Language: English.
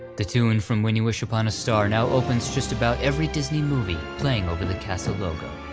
the tune from when you wish upon a star now opens just about every disney movie, playing over the castle logo.